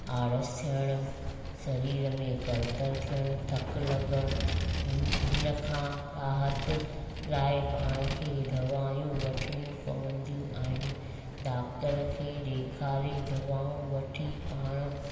आलस थियणु सरीर में कणतण थियण धकु लॻण हिन हिनखां राहत लाइ पाण खे दवायूं वठिणियूं पवंदियूं आहिनि डाक्टर खे ॾेखारे दवाऊं वठी पाणि